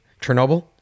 Chernobyl